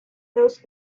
those